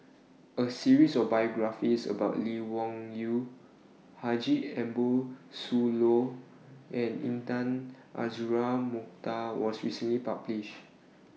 A series of biographies about Lee Wung Yew Haji Ambo Sooloh and Intan Azura Mokhtar was recently published